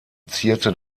zierte